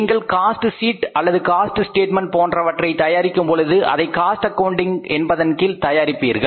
நீங்கள் cost sheet அல்லது cost statement போன்றவற்றை தயாரிக்கும் பொழுது அதை காஸ்ட் அக்கவுன்டிங் என்பதன் கீழ் தயாரிப்பீர்கள்